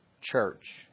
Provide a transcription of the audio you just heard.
church